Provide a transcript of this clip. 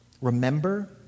Remember